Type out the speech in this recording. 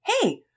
Hey